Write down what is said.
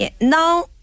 Now